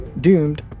Doomed